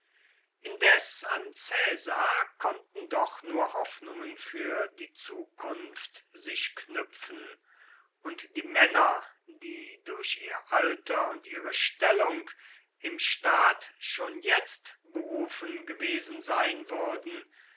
indes an caesar konnten doch nur hoffnungen für die zukunft sich knüpfen und die männer die durch ihr alter und ihre stellung im staat schon jetzt berufen gewesen sein würden